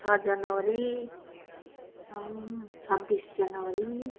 छ जनवरी छब्बिस जनवरी